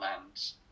lands